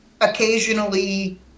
occasionally